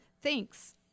Thanks